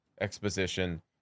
exposition